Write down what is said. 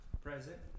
Present